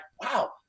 wow